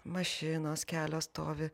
mašinos kelios stovi